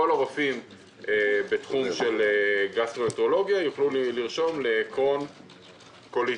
כל הרופאים בתחום של גסטרואנטרולוגיה יוכלו לרשום לחולה קוליטיס,